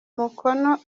mukono